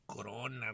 corona